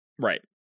Right